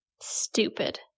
Stupid